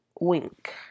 wink